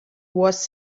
was